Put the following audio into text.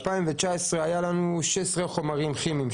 16 חומרים כימיים,